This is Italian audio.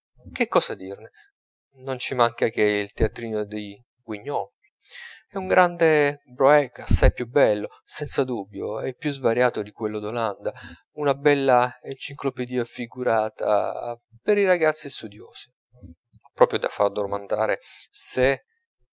che cosa dirne non ci manca che il teatrino di guignol è un grande broeck assai più bello senza dubbio e più svariato di quello d'olanda una bella enciclopedia figurata per i ragazzi studiosi proprio da far domandare se